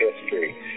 history